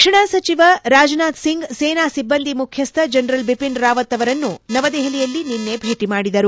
ರಕ್ಷಣಾ ಸಚಿವ ರಾಜನಾಥ್ಸಿಂಗ್ ಸೇನಾ ಸಿಬ್ಬಂದಿ ಮುಖ್ಯಸ್ವ ಜನರಲ್ ಬಿಪಿನ್ ರಾವತ್ ಅವರನ್ನು ನವದಹೆಲಿಯಲ್ಲಿ ನಿನ್ನೆ ಭೇಟಿ ಮಾಡಿದರು